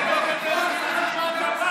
כי בחמשת החוקים שלך הצבענו בעד.